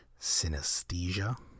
synesthesia